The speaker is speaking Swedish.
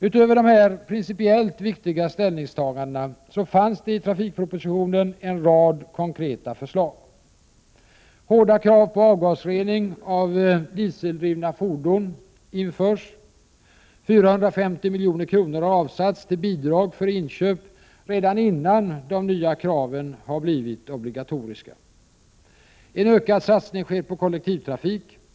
Utöver dessa principiellt viktiga ställningstaganden fanns i trafikpropositionen en rad konkreta förslag: Hårda krav på avgasrening av dieseldrivna fordon införs. 450 milj.kr. har avsatts till bidrag för inköp redan innan de nya kraven har blivit obligatoriska. En ökad satsning sker på kollektivtrafik.